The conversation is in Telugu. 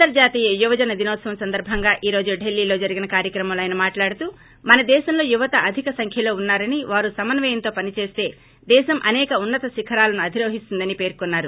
అంతర్హాతీయ యువజన దీనోత్సవం సందర్పంగా ఈ రోజు ఢిల్లీలో జరిగిన కార్షక్రమంలో ేఆయన మాట్లాడుతూ ేమన దేశంలో యువత అధిక సంఖ్యలో ఉన్నారని వారు సమన్నయంతో పనిచేస్తో దేశం అనేక ఉన్నత శిఖరాలను అధిరోహిస్తుందని పేర్కొన్నారు